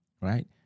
Right